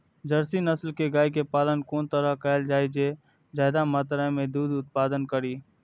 Jersey नस्ल के गाय के पालन कोन तरह कायल जाय जे ज्यादा मात्रा में दूध के उत्पादन करी?